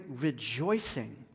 rejoicing